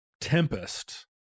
Tempest